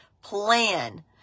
plan